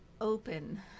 open